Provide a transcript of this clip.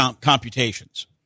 computations